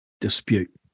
dispute